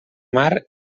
mar